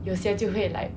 有些就会 like